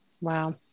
Wow